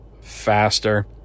faster